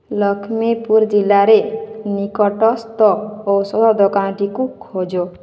ଲକ୍ଷ୍ମୀପୁର ଜିଲ୍ଲାରେ ନିକଟସ୍ଥ ଔଷଧ ଦୋକାନଟିକୁ ଖୋଜ